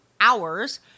hours